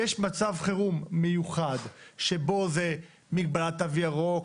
יש מצב חירום מיוחד בו יש מגבלת תו ירוק,